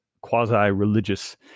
quasi-religious